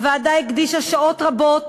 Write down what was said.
הוועדה הקדישה שעות רבות